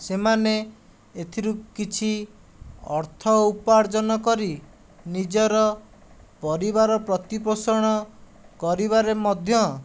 ସେମାନେ ଏଥିରୁ କିଛି ଅର୍ଥ ଉପାର୍ଜନ କରି ନିଜର ପରିବାର ପ୍ରତିପୋଷଣ କରିବାରେ ମଧ୍ୟ